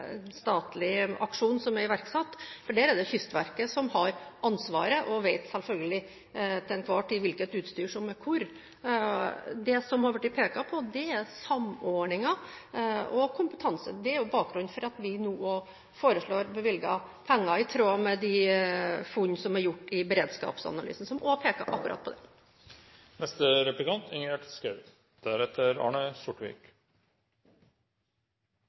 aksjon som er iverksatt, for der er det Kystverket som har ansvaret – til enhver tid selvfølgelig vet hvilket utstyr som er hvor. Det som det har blitt pekt på, er samordningen og kompetansen. Det er bakgrunnen for at vi nå foreslår å bevilge penger, i tråd med de funn som er gjort i beredskapsanalysen, som også peker på akkurat